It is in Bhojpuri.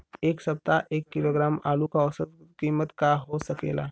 एह सप्ताह एक किलोग्राम आलू क औसत कीमत का हो सकेला?